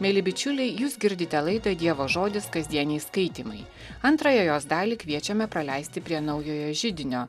mieli bičiuliai jūs girdite laidą dievo žodis kasdieniai skaitymai antrąją jos dalį kviečiame praleisti prie naujojo židinio